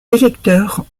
électeurs